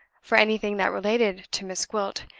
for anything that related to miss gwilt,